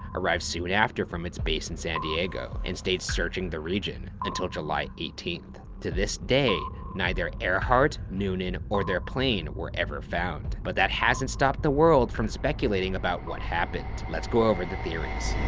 arrived soon after from its base in san diego, and stayed searching the region until july eighteenth. to this day, neither earhart, noonan, or their plane were ever found. but that hasn't stopped the world from speculating about what happened. let's go over the theories.